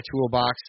toolbox